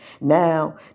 Now